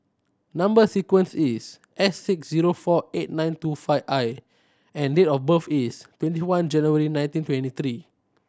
number sequence is S six zero four eight nine two five I and date of birth is twenty one January nineteen twenty three